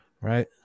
Right